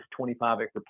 25-acre